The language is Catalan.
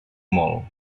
molt